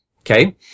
Okay